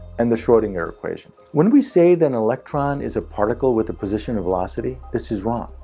and the schrodinger equation? when we say that an electron is a particle with a position and velocity, this is wrong.